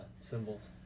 symbols